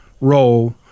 role